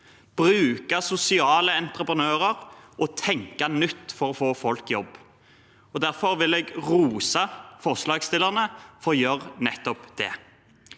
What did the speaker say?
bruke sosiale entreprenører og tenke nytt for å få folk i jobb. Jeg vil derfor rose forslagsstillerne for å gjøre nettopp det.